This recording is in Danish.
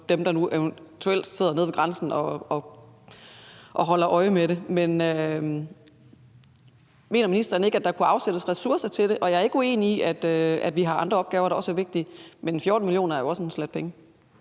dem, der nu eventuelt sidder nede ved grænsen og holder øje med det. Mener ministeren ikke, at der kunne afsættes ressourcer til det? Jeg er ikke uenig i, at vi har andre opgaver, der også er vigtige, men 14 millioner er jo også en slat penge.